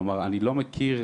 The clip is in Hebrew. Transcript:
כלומר אני לא מכיר,